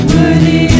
Worthy